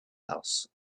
house